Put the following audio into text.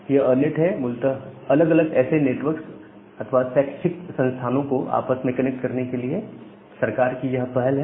यह अरनेट मूलतः अलग अलग ऐसे नेटवर्क्स अथवा शैक्षिक संस्थानों को आपस में कनेक्ट करने के लिए सरकार की पहल है